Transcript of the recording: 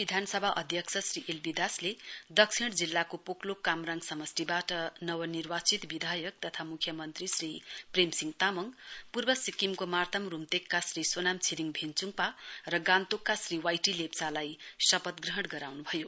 विधानसभा अध्यक्ष श्री एलबी दासले दक्षिण जिल्लाको पोकलोक कामराङ समष्टिबाट नव निर्वाचित विधायक तथा मुख्यमन्त्री श्री प्रेम सिंह तामाङ पूर्व सिक्किमको मार्ताम रूम्तेकका श्री सोनाम छिरिङ भेञ्चुङपा र गान्तोकका श्री वाईटी लेप्चालाई शपथ ग्रहण गराउनुभयो